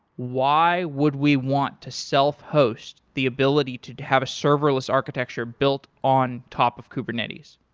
why would we want to self-host the ability to to have a serverless architecture built on top of kubernetes?